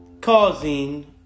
causing